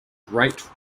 great